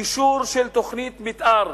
אישור תוכנית מיתאר,